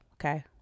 okay